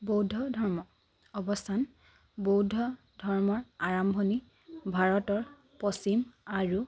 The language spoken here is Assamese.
বৌদ্ধ ধৰ্ম অৱস্থান বৌদ্ধ ধৰ্মৰ আৰম্ভণি ভাৰতৰ পশ্চিম আৰু